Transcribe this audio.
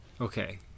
Okay